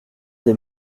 des